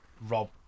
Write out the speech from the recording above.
Rob